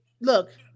look